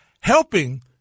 helping